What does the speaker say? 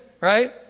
Right